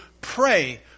pray